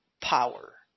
power